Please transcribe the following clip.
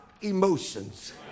emotions